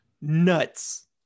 nuts